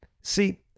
See